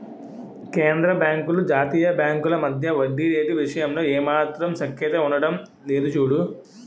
కేంద్రబాంకులు జాతీయ బాంకుల మధ్య వడ్డీ రేటు విషయంలో ఏమాత్రం సఖ్యత ఉండడం లేదు చూడు